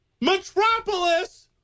metropolis